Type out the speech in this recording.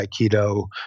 Aikido